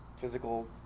physical